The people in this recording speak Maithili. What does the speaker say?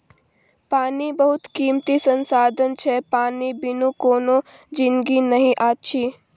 पानि बहुत कीमती संसाधन छै पानि बिनु कोनो जिनगी नहि अछि